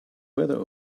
weather